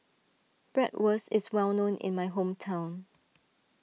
Bratwurst is well known in my hometown